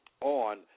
on